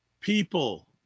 People